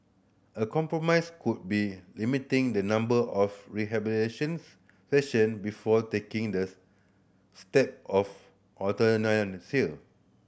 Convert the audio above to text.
a compromise could be limiting the number of rehabilitation session before taking the step of